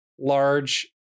large